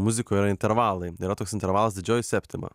muzikoj yra intervalai yra toks intervalas didžioji septima